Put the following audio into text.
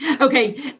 Okay